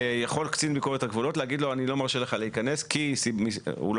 יכול קצין ביקורת הגבולות להגיד לו שהוא לא מרשה לו להיכנס - הוא לא